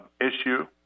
issue